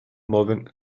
moving